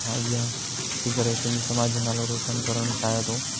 मां अॻियां सिखी करे सिंधी समाज जो नालो रोशन करणु चाहियां थो